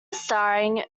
starring